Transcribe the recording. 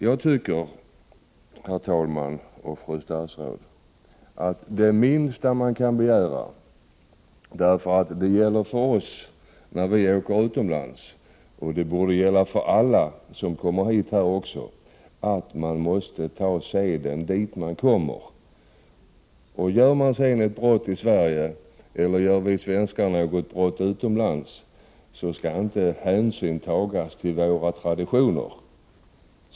Jag tycker, herr talman och fru statsråd, att det minsta vi kan begära är att man tar seden dit man kommer. Det gäller för oss när vi åker utomlands, och det borde gälla för alla som kommer hit. Om man sedan begår ett brott i Sverige eller om vi svenskar begår ett brott utomlands, skall inte hänsyn tas till några traditioner.